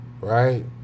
right